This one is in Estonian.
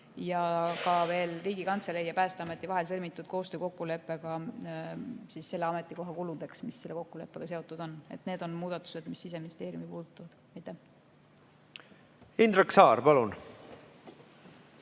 ning Riigikantselei ja Päästeameti vahel sõlmitud koostöökokkuleppega selle ametikoha kuludeks, mis selle kokkuleppega seotud on. Need on muudatused, mis Siseministeeriumi puudutavad. Indrek Saar, palun!